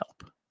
help